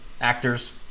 actors